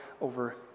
over